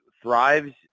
thrives